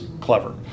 clever